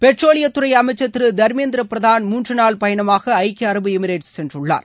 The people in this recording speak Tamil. பெட்ரோலியத்துறை அமைச்சர் திரு தர்மேந்திர பிரதான் மூன்று நாள் பயணமாக ஐக்கிய அரபு எமிரேட்ஸ் சென்றுள்ளார்